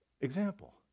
example